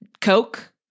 Coke